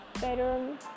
better